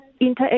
interact